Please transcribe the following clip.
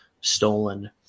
stolen